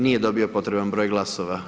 Nije dobio potreban broj glasova.